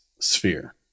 Sphere